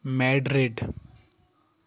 Madrid